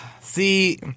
See